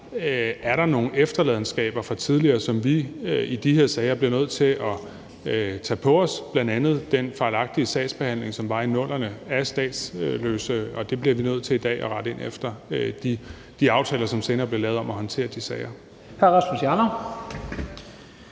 er nogle efterladenskaber fra tidligere, som vi i de her sager bliver nødt til at tage på os, bl.a. den fejlagtige sagsbehandling af statsløse, som blev foretaget i 00'erne. Der bliver vi i dag nødt til at rette ind efter de aftaler, som senere er blevet lavet om håndteringen af de sager.